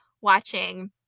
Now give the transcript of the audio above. watching